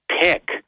pick